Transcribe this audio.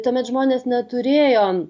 tuomet žmonės neturėjo